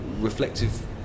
reflective